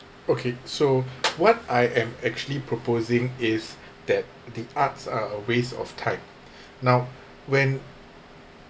okay so what I am actually proposing is that the arts are a waste of time now when